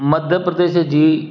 Madhya Pradesh जी